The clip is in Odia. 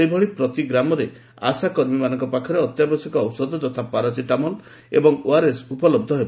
ସେହିଭଳି ପ୍ରତି ଗ୍ରାମରେ ଆଶାକର୍ମୀମାନଙ୍କ ପାଖରେ ଅତ୍ୟାବଶ୍ୟକ ଔଷଧ ଯଥା ପରାସିଟାମଲ୍ ଏବଂ ଓଆରଏସ୍ ଉପଲହ୍ଡ ହେବ